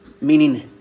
meaning